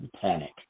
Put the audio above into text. panic